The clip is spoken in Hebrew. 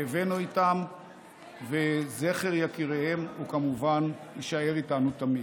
כאבנו איתם וזכר יקיריהם יישאר איתנו תמיד.